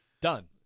Done